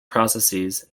processes